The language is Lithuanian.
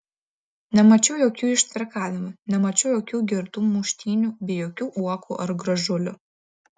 nemačiau jokių ištvirkavimų nemačiau jokių girtų muštynių bei jokių uokų ar gražulių